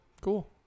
Cool